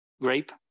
grape